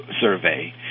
survey